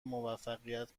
موفقیت